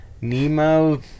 Nemo